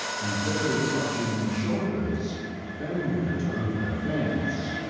and barely touching my shoulders bounded over the fence.